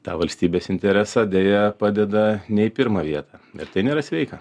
tą valstybės interesą deja padeda ne į pirmą vietą ir tai nėra sveika